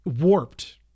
warped